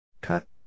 Cut